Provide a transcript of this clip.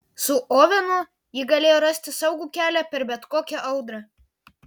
su ovenu ji galėjo rasti saugų kelią per bet kokią audrą